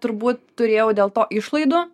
turbūt turėjau dėl to išlaidų